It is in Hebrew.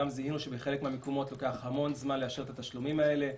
זיהינו שבחלק מהמקומות לוקח המון זמן לאשר את התשלומים האלה,